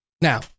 Now